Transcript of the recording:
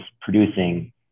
producing